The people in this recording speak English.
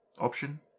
option